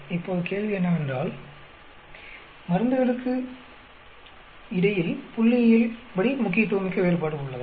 இப்போது கேள்வி என்னவென்றால் மருந்துகளுக்கு இடையில் புள்ளியியல்படி முக்கியத்துவமிக்க வேறுபாடு உள்ளதா